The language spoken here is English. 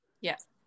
Yes